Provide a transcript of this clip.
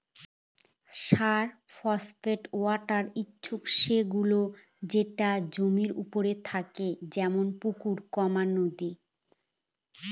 surface water হচ্ছে সে গুলো যেটা জমির ওপরে থাকে যেমন পুকুর, নদী